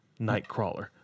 Nightcrawler